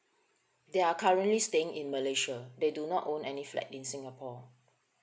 they're currently staying in malaysia they do not own any flat in singapore